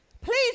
Please